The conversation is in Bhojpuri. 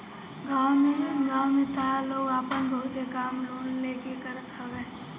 गांव में तअ लोग आपन बहुते काम लोन लेके करत हवे